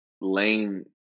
Lane